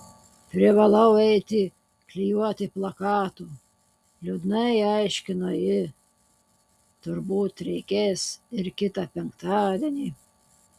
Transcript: privalau eiti klijuoti plakatų liūdnai aiškino ji turbūt reikės ir kitą penktadienį